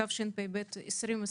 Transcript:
התשפ"ב-2022